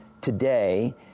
today